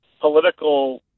political